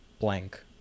blank